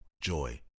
Joy